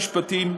משרד המשפטים,